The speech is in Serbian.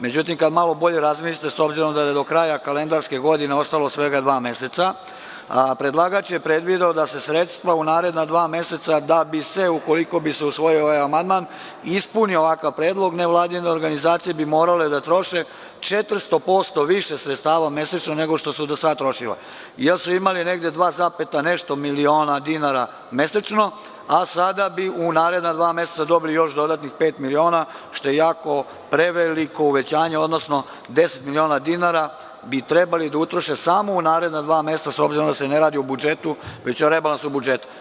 Međutim, kad malo bolje razmislite, s obzirom da je do kraja kalendarske godine ostalo svega dva meseca, predlagač je predvideo da se sredstva u naredna dva meseca, da bi se, ukoliko bi se usvojio ovaj amandman, ispunio ovakav predlog, nevladine organizacije bi morale da troše 400% više sredstava mesečno nego što su do sada trošile, jer su imali negde dva zapeta nešto miliona dinara mesečno, a sada bi u naredna dva meseca dobili još dodatnih pet miliona, što je jako preveliko uvećanje, odnosno 10 miliona dinara bi trebalo da utroše samo u naredna dva meseca, s obzirom da se ne radi o budžetu, već o rebalansu budžeta.